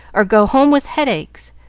or go home with headaches,